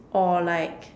or like